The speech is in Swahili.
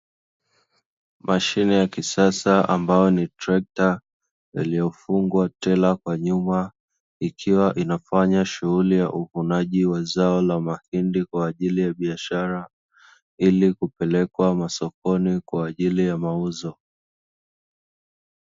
Mashine ya kisasa ambayo ni trekta, iliyofungwa trela kwa nyuma ikiwa inafanya shughuli ya uvunaji wa zao la mahindi kwa ajili ya biashara, ili kupelekwa masokoni kwa ajili ya mauzo.